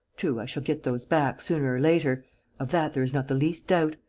true, i shall get those back, sooner or later of that there is not the least doubt.